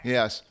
Yes